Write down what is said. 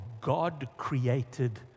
God-created